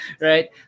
Right